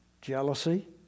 jealousy